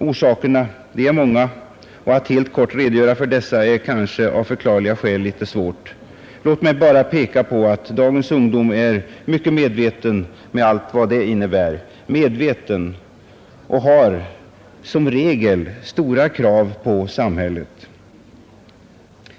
Orsakerna är många, och att helt kort redogöra för dem är kanske litet svårt. Låt mig bara peka på att dagens ungdom är mycket medveten, med allt vad det innebär, och som regel har stora krav på samhället.